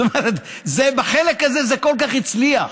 זאת אומרת, בחלק הזה זה כל כך הצליח.